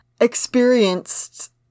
experienced